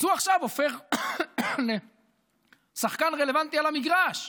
אז הוא עכשיו הופך לשחקן רלוונטי על המגרש,